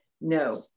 no